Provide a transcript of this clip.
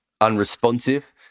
unresponsive